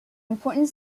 important